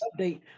update